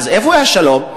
אז איפה יהיה השלום?